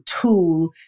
tool